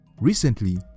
Recently